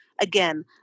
Again